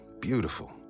Beautiful